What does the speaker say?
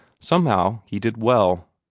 somehow he did well.